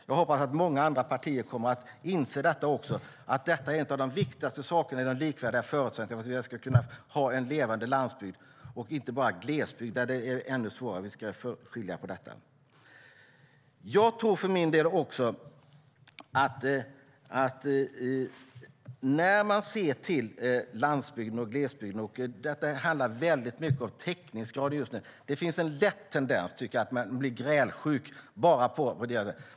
Jag hoppas att många andra partier kommer att inse att detta är en av de viktigaste sakerna i de likvärdiga förutsättningarna för att vi ska kunna ha en levande landsbygd, och inte bara glesbygd, där det är ännu svårare - vi ska skilja på detta. Jag tror för min del också att när man ser till landsbygden och glesbygden - det handlar mycket om täckningsgrad just nu - finns det en lätt tendens att bli grälsjuk.